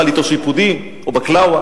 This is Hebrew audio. אכל אתו שיפודים או בקלאווה,